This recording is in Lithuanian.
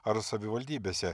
ar savivaldybėse